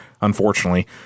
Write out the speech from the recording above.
unfortunately